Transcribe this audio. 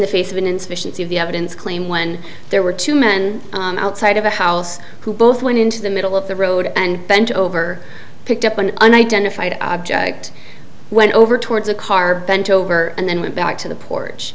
the face of an insufficiency of the evidence claim when there were two men outside of a house who both went into the middle of the road and bent over picked up an unidentified object went over towards a car bent over and then went back to the porch